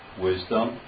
Wisdom